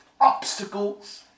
obstacles